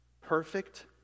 Perfect